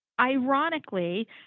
Ironically